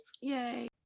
yay